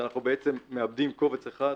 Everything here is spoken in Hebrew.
שאנחנו מעבדים קובץ אחד,